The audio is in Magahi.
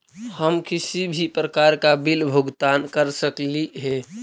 हम किसी भी प्रकार का बिल का भुगतान कर सकली हे?